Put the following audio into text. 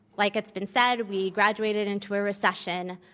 like it's been said, we graduated into a recession.